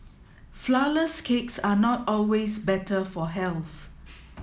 flourless cakes are not always better for health